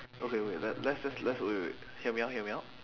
okay wait let~ let's just let's wait wait wait hear me out hear me out